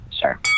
Sure